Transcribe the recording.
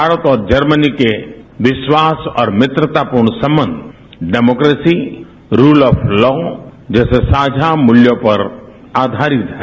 भारत और जर्मनी के विश्वास और मित्रतापूर्ण संबंध डेमोक्रेसी रूल ऑफ लॉ जैसे साझा मूल्यों पर आधारित है